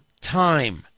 time